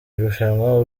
irushanwa